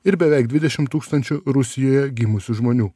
ir beveik dvidešim tūkstančių rusijoje gimusių žmonių